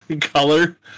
color